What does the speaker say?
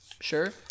Sure